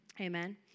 Amen